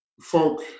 folk